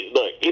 look